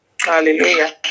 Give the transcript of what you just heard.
Hallelujah